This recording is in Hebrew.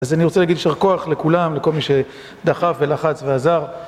אז אני רוצה להגיד ישר כוח לכולם, לכל מי שדחף ולחץ ועזר.